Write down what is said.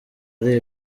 ari